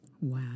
Wow